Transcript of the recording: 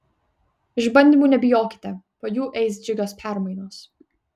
išbandymų nebijokite po jų eis džiugios permainos